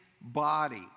body